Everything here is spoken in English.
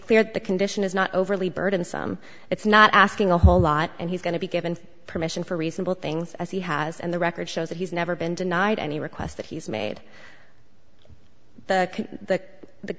that the condition is not overly burdensome it's not asking a whole lot and he's going to be given permission for reasonable things as he has and the record shows that he's never been denied any requests that he's made the the